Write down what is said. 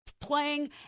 playing